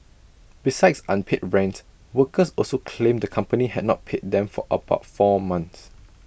besides unpaid rent workers also claimed the company had not paid them for about four months